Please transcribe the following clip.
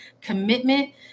commitment